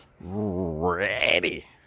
ready